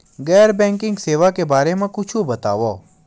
गैर बैंकिंग सेवा के बारे म कुछु बतावव?